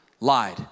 lied